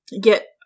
get